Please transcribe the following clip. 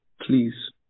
please